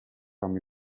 from